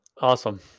Awesome